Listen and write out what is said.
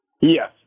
Yes